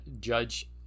judge